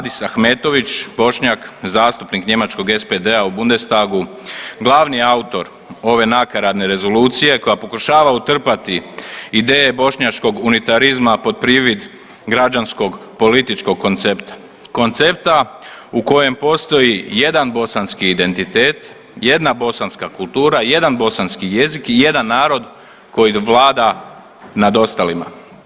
Adis Ahmetović Bošnjak, zastupnik njemačkog SPD-a u Bundestagu glavni je autor ove nakaradne rezolucije koja pokušava utrpati ideje bošnjačkog unitarizma pod privid građanskog političkog koncepta, koncepta u kojem postoji jedan bosanski identitet, jedna bosanska kultura, jedan bosanski jezik i jedan narod koji vlada nad ostalima.